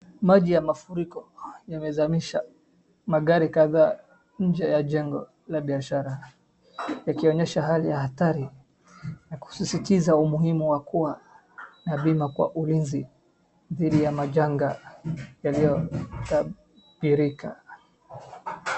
Maji ya mafuriko yamezamisha magari kadhaa nje ya jengo la bishara yakionyesha hali ya hatari na kusisitiza umuhimu wa kuwa na bima kwa ulinzi dhidi ya majanga yaliyotabirika.